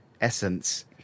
essence